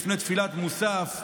לפני תפילת מוסף,